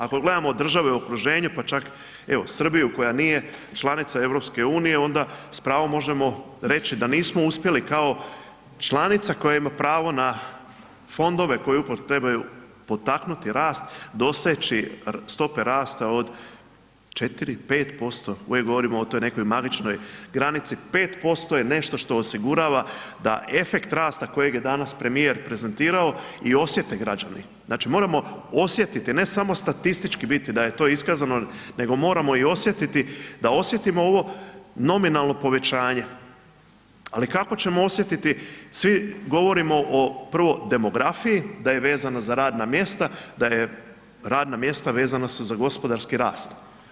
Ako gledamo države u okruženju, pa čak evo Srbiju koja nije članica EU onda s pravom možemo reći da nismo uspjeli kao članica koja ima pravo na fondove koji upravo trebaju potaknuti rast, doseći stope rasta od 4-5%, uvijek govorimo o toj nekoj magičnoj granici, 5% je nešto što osigurava da efekt kojeg je danas premijer prezentirao i osjete građani, znači moramo osjetiti, ne samo statistički biti da je to iskazano, nego moramo i osjetiti, da osjetimo ovo nominalno povećanje, ali kako ćemo osjetiti svi govorimo o prvo demografiji da je vezana za radna mjesta, da je, radna mjesta vezana su za gospodarski rast.